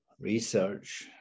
research